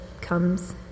comes